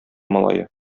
малае